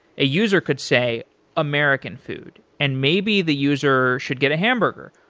a user could say american food. and maybe the user should get a hamburger.